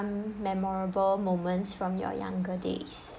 memorable moments from your younger days